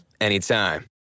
anytime